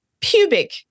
pubic